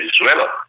Venezuela